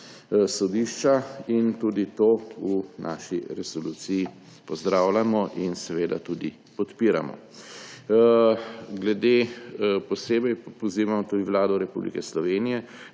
sodišča. Tudi to v naši resoluciji pozdravljamo in seveda podpiramo. Posebej pa pozivamo Vlado Republike Slovenije,